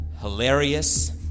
hilarious